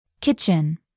Kitchen